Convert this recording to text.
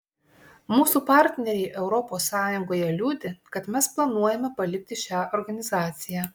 mūsų partneriai europos sąjungoje liūdi kad mes planuojame palikti šią organizaciją